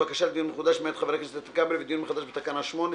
בקשת לדיון מחודש מאת חבר הכנסת כבל ודיון מחודש בתקנה 8,